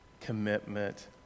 commitment